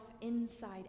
inside